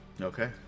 Okay